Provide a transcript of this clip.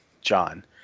John